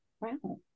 Wow